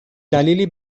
دلیلی